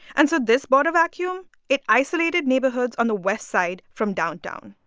and so this border vacuum, it isolated neighborhoods on the west side from downtown.